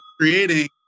creating